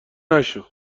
نشو